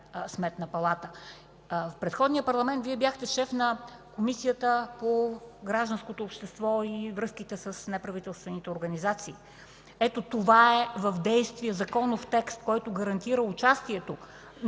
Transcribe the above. В предходния парламент Вие бяхте шеф на Комисията по гражданското общество и връзките с неправителствените организации. Ето това е в действие законов текст, който гарантира участието на